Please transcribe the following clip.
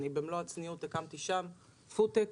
במלוא הצניעות, אני הקמתי שם: פוד-טק,